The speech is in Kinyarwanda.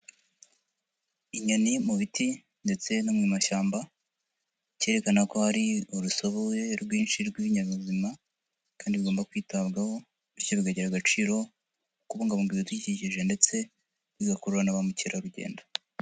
Inyoni mu biti ndetse no mu mashyamba, cyerekana ko hari urusobe rwinshi rw'ibinyabuzima, kandi bigomba kwitabwaho, bityo bikagira agaciro, mu kubungabunga ibidukikije ndetse bigakurura na ba mukerarugendo.